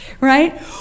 right